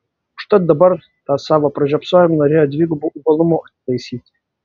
užtat dabar tą savo pražiopsojimą norėjo dvigubu uolumu atitaisyti